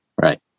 Right